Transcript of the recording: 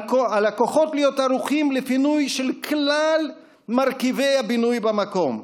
על הכוחות להיות ערוכים לפינוי של כלל מרכיבי הבינוי במקום,